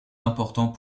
importants